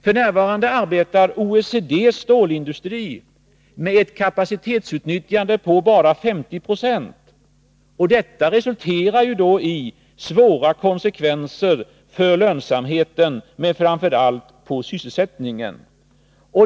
F.n. arbetar OECD:s stålindustri med ett kapacitetsutnyttjande på bara 50 96, och detta resulterar då i svåra konsekvenser för lönsamheten, framför allt i form av minskad sysselsättning.